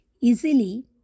easily